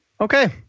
Okay